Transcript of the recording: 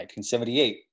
1978